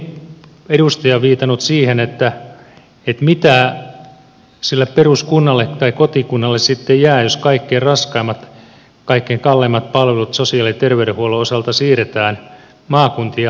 täällä on moni edustaja viitannut siihen mitä sille peruskunnalle tai kotikunnalle sitten jää jos kaikkein raskaimmat kaikkein kalleimmat palvelut sosiaali ja terveydenhuollon osalta siirretään maakuntien harteille